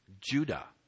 Judah